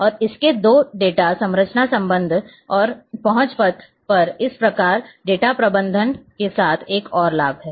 और इसके दो डेटा संरचना संबंध और पहुंच पथ इस प्रकार डेटाबेस प्रबंधन के साथ एक और लाभ है